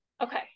okay